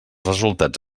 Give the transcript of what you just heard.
resultats